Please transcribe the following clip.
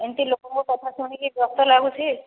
ଏମିତି ଲୋକଙ୍କ କଥା ଶୁଣିକି କଷ୍ଟ ଲାଗୁଛି